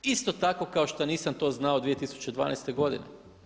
Isto tako kao što nisam to znao 2012. godine.